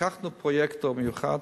לקחנו פרויקטור מיוחד,